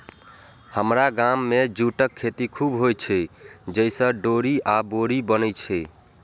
हमरा गाम मे जूटक खेती खूब होइ छै, जइसे डोरी आ बोरी बनै छै